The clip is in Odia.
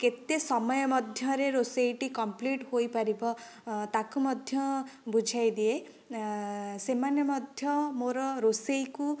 କେତେ ସମୟ ମଧ୍ୟରେ ରୋଷେଇଟି କମ୍ପ୍ଳିଟ ହୋଇପାରିବ ତାକୁ ମଧ୍ୟ ବୁଝାଇ ଦିଏ ସେମାନେ ମଧ୍ୟ ମୋର ରୋଷେଇକୁ